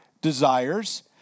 desires